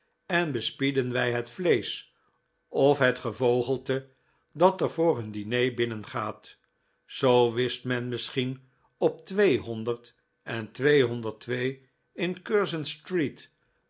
en bespieden wij het vleesch of het gevogelte dat er voor hun diner binnengaat zoo wist men misschien op tweehonderd en in curzon street